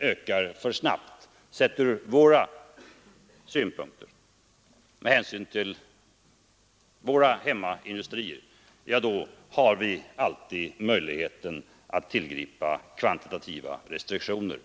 ökar alltför snabbt, från våra synpunkter sett med hänsyn till våra hemmaindustrier, tillgripa kvantitativa restriktioner.